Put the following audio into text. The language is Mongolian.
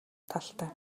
талтай